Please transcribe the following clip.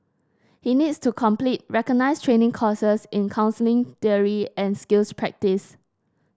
he needs to complete recognised training courses in counselling theory and skills practice